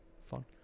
Fun